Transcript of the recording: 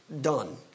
done